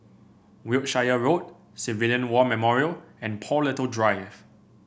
Wiltshire Road Civilian War Memorial and Paul Little Drive